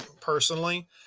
personally